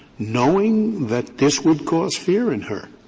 knowing that this would cause fear in her?